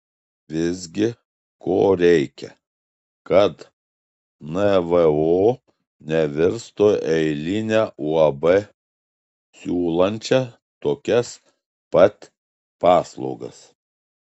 visgi ko reikia kad nvo nevirstų eiline uab siūlančia tokias pat paslaugas